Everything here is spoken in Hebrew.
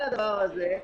הלאה.